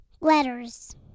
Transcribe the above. Letters